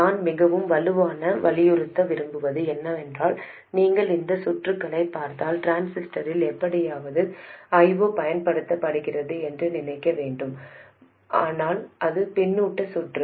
நான் மிகவும் வலுவாக வலியுறுத்த விரும்புவது என்னவென்றால் நீங்கள் இந்த சுற்றுகளைப் பார்த்தால் டிரான்சிஸ்டரில் எப்படியாவது I0 பயன்படுத்தப்படுகிறது என்று நினைக்க வேண்டாம் இது பின்னூட்ட சுற்று